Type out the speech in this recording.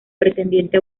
pretendiente